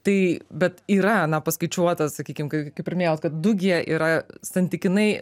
tai bet yra na paskaičiuotas sakykim kai kaip ir minėjau kad du gie yra santykinai